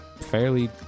fairly